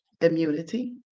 immunity